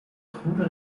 goede